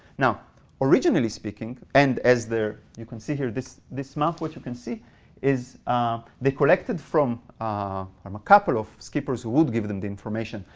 now originally speaking, and as there, you can see here, this this map, what you can see is they collected from ah um couple of skippers who would give them the information,